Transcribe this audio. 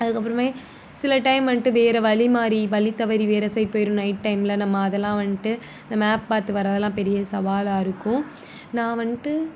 அதுக்கப்புறமே சில டைம் வந்துட்டு வேறு வழி மாறி வழி தவறி வேறு சைட் போய்ரும் நைட் டைமில் நம்ம அதெல்லாம் வந்துட்டு இந்த மேப் பார்த்து வர்றதெல்லாம் பெரிய சவாலாக இருக்கும் நான் வந்துட்டு